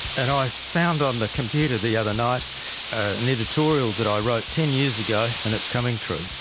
and i found on the computer the other night an editorial that i wrote ten years ago and it's coming true,